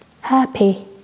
happy